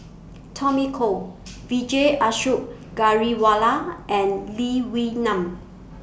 Tommy Koh Vijesh Ashok Ghariwala and Lee Wee Nam